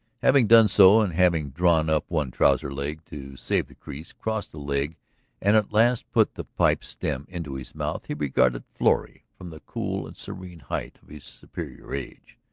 having done so and having drawn up one trouser's leg to save the crease, crossed the leg and at last put the pipe stem into his mouth, he regarded florrie from the cool and serene height of his superior age.